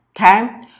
Okay